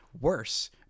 worse